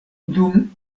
dum